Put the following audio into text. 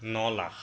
ন lakh